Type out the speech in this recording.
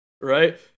right